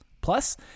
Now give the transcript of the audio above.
Plus